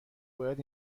باید